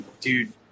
Dude